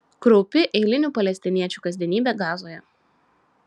kraupi eilinių palestiniečių kasdienybė gazoje